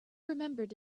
remembered